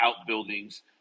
outbuildings